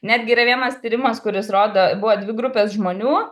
netgi yra vienas tyrimas kuris rodo buvo dvi grupės žmonių